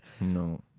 No